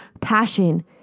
passion